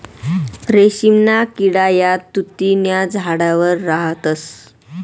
रेशीमना किडा या तुति न्या झाडवर राहतस